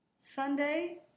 Sunday